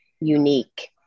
unique